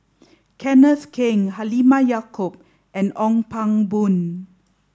Kenneth Keng Halimah Yacob and Ong Pang Boon